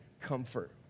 comfort